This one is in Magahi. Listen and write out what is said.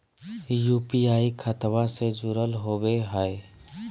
यू.पी.आई खतबा से जुरल होवे हय?